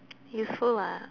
useful ah